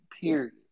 period